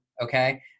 okay